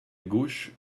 gauche